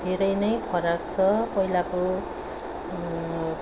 धेरै नै फरक छ पहिलाको